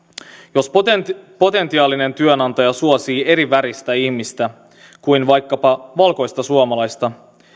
jos potentiaalinen potentiaalinen työnantaja suosii eriväristä ihmistä kuin vaikkapa valkoista suomalaista